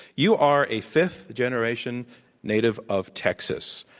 you are a fifth generation native of texas,